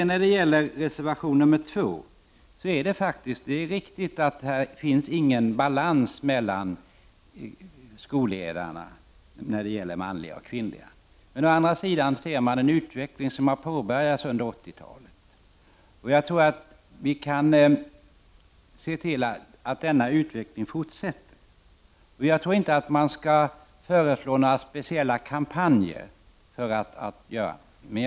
När det gäller reservation 2 är det riktigt att det inte finns någon balans mellan manliga och kvinnliga skolledare. Det har dock påbörjats en utveckling under 80-talet, och jag tror att vi kan se till att denna utveckling fortsätter. Man bör inte föreslå några speciella kampanjer för att göra det.